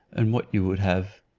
and what you would have?